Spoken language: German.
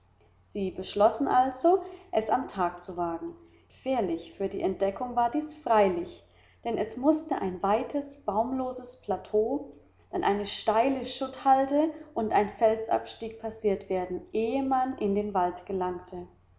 sie beschlossen also es am tag zu wagen gefährlich für die entdeckung war dies freilich denn es mußte ein weites baumloses plateau dann eine steile schutthalde und ein felsabstieg passiert werden ehe man in den wald gelangte